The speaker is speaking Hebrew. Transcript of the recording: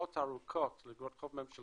שהתשואות הארוכות לאגרות חוב ממשלתיות,